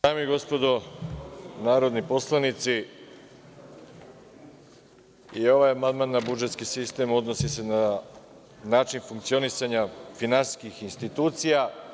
Dame i gospodo narodni poslanici, i ovaj amandman na budžetski sistem odnosi se na način funkcionisanja finansijskih institucija.